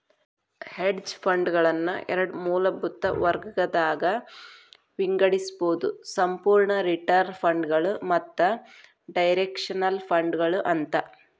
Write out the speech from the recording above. hedge ಫಂಡ್ಗಳನ್ನ ಎರಡ್ ಮೂಲಭೂತ ವರ್ಗಗದಾಗ್ ವಿಂಗಡಿಸ್ಬೊದು ಸಂಪೂರ್ಣ ರಿಟರ್ನ್ ಫಂಡ್ಗಳು ಮತ್ತ ಡೈರೆಕ್ಷನಲ್ ಫಂಡ್ಗಳು ಅಂತ